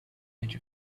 edge